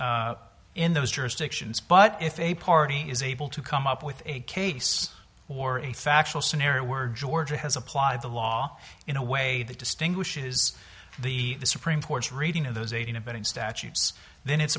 in those jurisdictions but if a party is able to come up with a case or a factual scenario where george has applied the law in a way that distinguishes the supreme court's reading of those aiding abetting statutes then it's